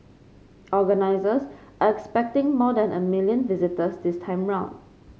organisers are expecting more than a million visitors this time round